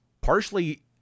partially